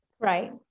Right